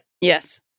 Yes